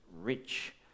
rich